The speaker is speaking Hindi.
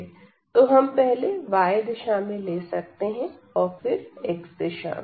तो हम पहले y दिशा में ले सकते हैं और फिर x दिशा में